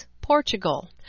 Portugal